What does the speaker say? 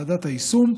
ועדת היישום,